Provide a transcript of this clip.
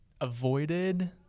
Avoided